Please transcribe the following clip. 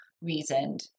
reasoned